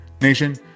Nation